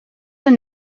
and